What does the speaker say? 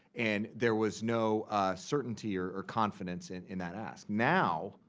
and there was no certainty or confidence in in that ask. now,